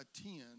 attend